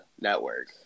network